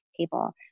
table